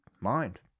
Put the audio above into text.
mind